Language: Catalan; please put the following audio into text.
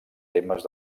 temes